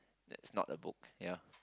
that's not a book ya